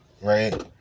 right